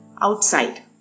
outside